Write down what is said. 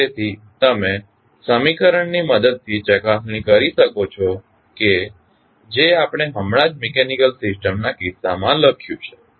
તેથી તમે સમીકરણની મદદથી ચકાસણી કરી શકો છો કે જે આપણે હમણાં જ મિકેનીકલ સિસ્ટમના કિસ્સામાં લખ્યું છે